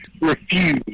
refuse